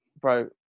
bro